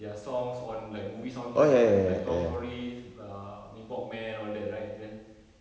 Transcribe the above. their songs on like movie soundtracks like like twelves storeys ah mee pok man all that right then